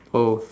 oh